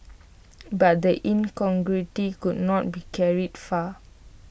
but the incongruity could not be carried far